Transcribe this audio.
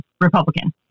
Republican